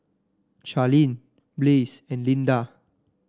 Charline Blaze and Lynda